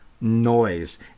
noise